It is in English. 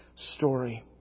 Story